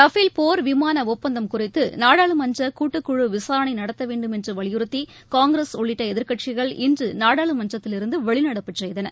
Rafale போர் விமான ஒப்பந்தம் குறித்து நாடாளுமன்ற கூட்டுக் குழு விசாரணை நடத்த வேண்டும் என்று வலியுறுத்தி காங்கிரஸ் உள்ளிட்ட எதிர்க்கட்சிகள் இன்று நாடாளுமன்றத்திலிருந்து வெளிநடப்பு செய்தன